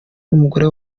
n’umugore